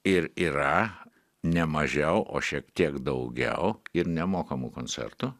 ir yra ne mažiau o šiek tiek daugiau ir nemokamų koncertų